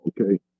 Okay